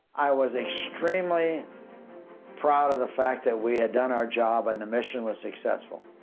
i was extremely proud of the fact that we had done our job and the mission was successful.